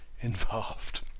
involved